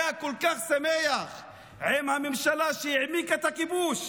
היה כל כך שמח עם הממשלה שהעמיקה את הכיבוש,